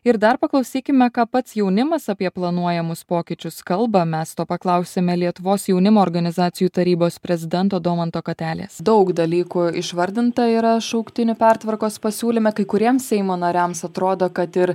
ir dar paklausykime ką pats jaunimas apie planuojamus pokyčius kalba mes to paklausėme lietuvos jaunimo organizacijų tarybos prezidento domanto katelės daug dalykų išvardinta yra šauktinių pertvarkos pasiūlyme kai kuriems seimo nariams atrodo kad ir